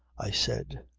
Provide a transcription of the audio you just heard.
i said.